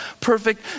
perfect